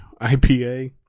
IPA